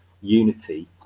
unity